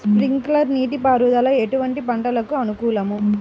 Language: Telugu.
స్ప్రింక్లర్ నీటిపారుదల ఎటువంటి పంటలకు అనుకూలము?